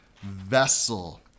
vessel